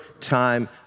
time